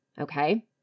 okay